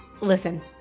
Listen